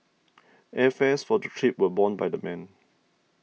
airfares for trip were borne by the men